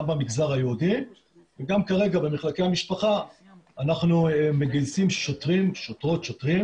גם במגזר היהודי וגם כרגע במחלקי המשפחה אנחנו מגייסים שוטרות ושוטרים